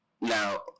Now